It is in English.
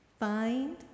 Find